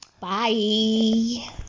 Bye